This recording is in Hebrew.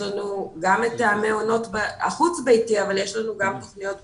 יש לנו גם את המעונות החוץ ביתיים אבל יש לנו גם תוכניות בקהילה,